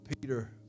Peter